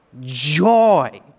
joy